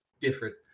different